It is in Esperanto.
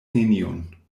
neniun